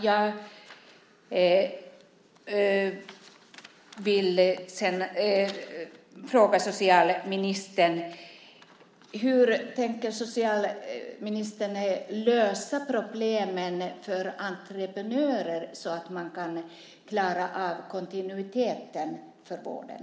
Jag vill fråga socialministern hur socialministern tänker lösa problemen när det gäller entreprenörer så att man kan klara av kontinuiteten i vården.